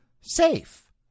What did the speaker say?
safe